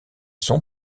sont